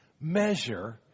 measure